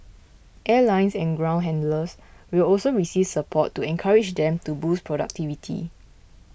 airlines and ground handlers will also receive support to encourage them to boost productivity